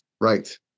right